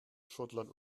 schottland